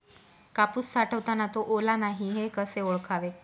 कापूस साठवताना तो ओला नाही हे कसे ओळखावे?